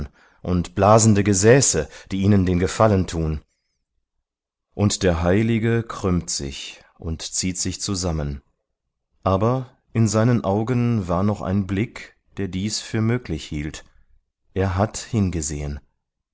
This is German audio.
und blasende gesäße die ihnen den gefallen tun und der heilige krümmt sich und zieht sich zusammen aber in seinen augen war noch ein blick der dies für möglich hielt er hat hingesehen